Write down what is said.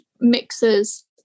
mixers